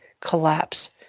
collapse